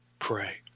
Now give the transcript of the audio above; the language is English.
pray